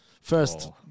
first